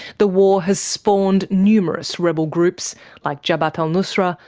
the war has spawned numerous rebel groups like jabhat al-nusra,